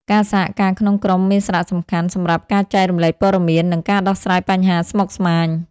ការសហការក្នុងក្រុមមានសារៈសំខាន់សម្រាប់ការចែករំលែកព័ត៌មាន និងការដោះស្រាយបញ្ហាស្មុគស្មាញ។